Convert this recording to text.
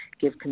give